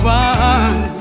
one